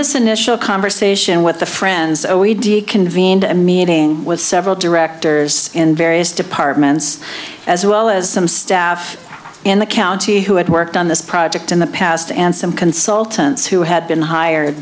this initial conversation with the friends o e d convened a meeting with several directors in various departments as well as some staff in the county who had worked on this project in the past and some consultants who had been hired